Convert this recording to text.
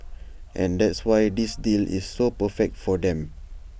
and that's why this deal is so perfect for them